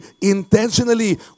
intentionally